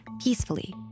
peacefully